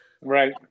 Right